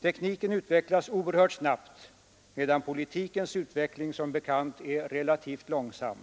Tekniken utvecklas oerhört snabbt, medan politikens utveckling som bekant är relativt långsam.